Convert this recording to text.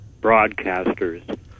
broadcasters